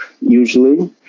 usually